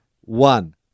One